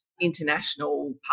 international